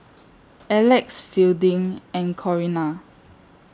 Alex Fielding and Corinna